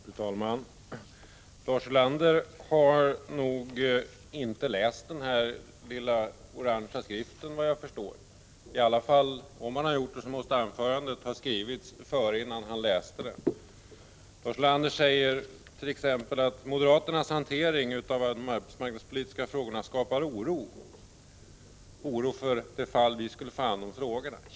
Fru talman! Lars Ulander har, såvitt jag förstår, inte läst denna lilla orangefärgade skrift som jag har i min hand. Om han har läst den, måste hans anförande ha skrivits innan han gjort det. Lars Ulander säger t.ex. att moderaternas hantering av de arbetsmarknadspolitiska frågorna skapar oro, oro för det fall att vi moderater får hand om frågorna.